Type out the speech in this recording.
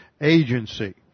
agency